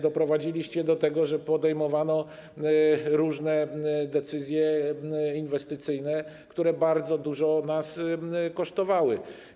Doprowadziliście do tego, że podejmowano różne decyzje inwestycyjne, które bardzo dużo nas kosztowały.